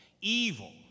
Evil